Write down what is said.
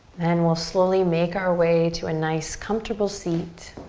then we'll slowly make our way to a nice, comfortable seat.